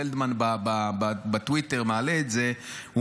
פלדמן מעלה את זה בטוויטר,